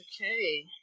Okay